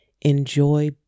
enjoy